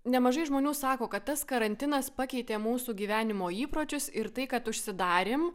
nemažai žmonių sako kad tas karantinas pakeitė mūsų gyvenimo įpročius ir tai kad užsidarėm